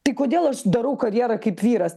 tai kodėl aš darau karjerą kaip vyras